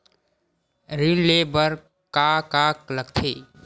ऋण ले बर का का लगथे?